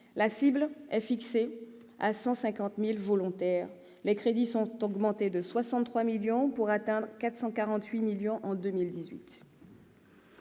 La cible est fixée à 150 000 volontaires. Les crédits sont augmentés de 63 millions d'euros, pour atteindre 448 millions d'euros.